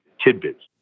tidbits